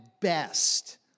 best